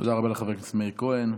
תודה רבה לחבר הכנסת מאיר כהן.